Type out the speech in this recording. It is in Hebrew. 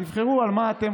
תבחרו על מה אתם